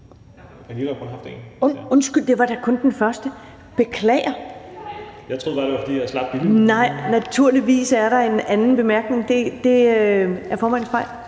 Undskyld, det var da kun den første – beklager. (Rasmus Stoklund (S): Jeg troede bare, det var, fordi jeg slap billigt). Naturligvis er der en anden bemærkning. Det er formandens fejl.